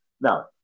Now